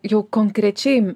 jau konkrečiai